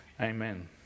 amen